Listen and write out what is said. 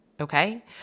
Okay